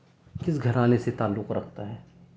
کس گھرانے سے تعلق رکھتا ہے